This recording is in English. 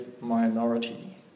minority